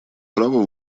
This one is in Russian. правом